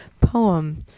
poem